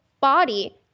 body